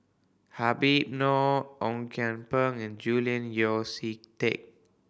Habib Noh Ong Kian Peng and Julian Yeo See Teck